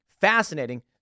Fascinating